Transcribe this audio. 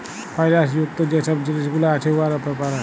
ফাইল্যাল্স যুক্ত যে ছব জিলিস গুলা আছে উয়ার ব্যাপারে